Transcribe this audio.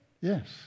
Yes